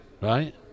right